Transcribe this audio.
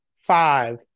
five